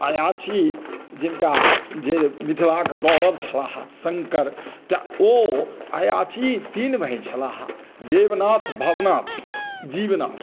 अयाची जिनका जे मिथिलाक गौरव छलाह शङ्कर तऽ ओ अयाची तीन भाय छलाह देवनाथ भवनाथ जीवनाथ